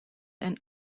and